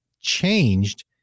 changed